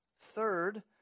third